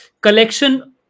collection